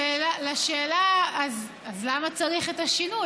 לשאלה: אז למה צריך את השינוי?